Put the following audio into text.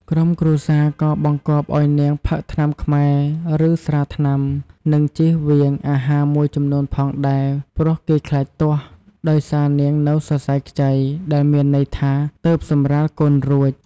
ក្រុមគ្រួសារក៏បង្គាប់ឱ្យនាងផឹកថ្នាំខ្មែរ ឬ ស្រាថ្នាំ និងជៀសវាងអាហារមួយចំនួនផងដែរ ព្រោះគេខ្លាចទាស់ ដោយសារនាងនៅសរសៃខ្ចី ដែលមានន័យថា ទើបសម្រាលកូនរួច។